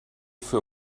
für